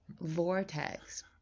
vortex